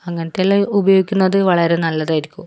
അങ്ങനത്തെ എല്ലാം ഉപയോഗിക്കുന്നത് വളരെ നല്ലതായിരിക്കും